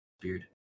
beard